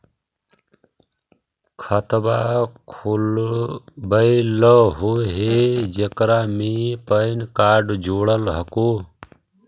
खातवा खोलवैलहो हे जेकरा मे पैन कार्ड जोड़ल हको?